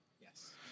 Yes